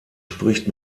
spricht